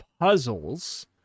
puzzles